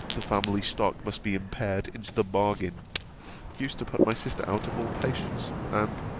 the family-stock must be impaired into the bargain used to put my sister out of all patience and,